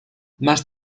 más